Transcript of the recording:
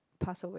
pass away